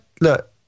look